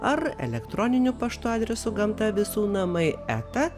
ar elektroniniu paštu adresu gamta visų namai eta